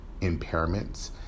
impairments